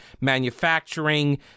manufacturing